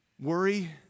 Worry